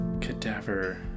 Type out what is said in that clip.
cadaver